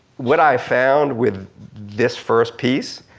what i found with this first piece,